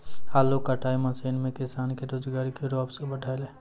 आलू कटाई मसीन सें किसान के रोजगार केरो अवसर बढ़लै